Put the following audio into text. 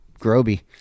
groby